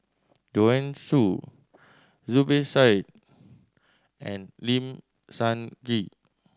Joanne Soo Zubir Said and Lim Sun Gee